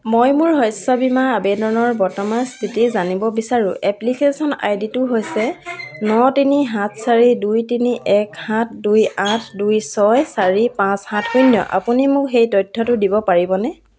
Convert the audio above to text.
মই মোৰ শস্য বীমা আবেদনৰ বৰ্তমানৰ স্থিতি জানিব বিচাৰোঁ এপ্লিকেশ্যন আই ডিটো হৈছে ন তিনি সাত চাৰি দুই তিনি এক সাত দুই আঠ দুই ছয় চাৰি পাঁচ সাত শূন্য আপুনি মোক সেই তথ্যটো দিব পাৰিবনে